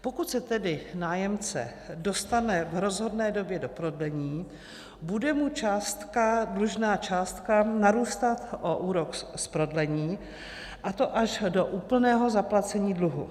Pokud se tedy nájemce dostane v rozhodné době do prodlení, bude mu dlužná částka narůstat o úrok z prodlení, a to až do úplného zaplacení dluhu.